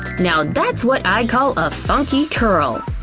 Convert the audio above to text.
now that's what i call a funky curl!